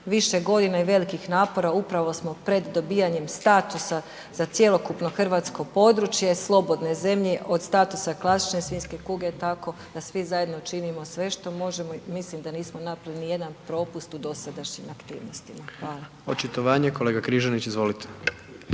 više godina i velikih napora upravo smo pred dobivanjem statusa za cjelokupno područje slobodne zemlje od statusa klasične svinjske kuge tako da svi zajedno činimo sve što možemo i mislim da nismo napravili niti jedan propust u dosadašnjim aktivnostima. Hvala. **Jandroković, Gordan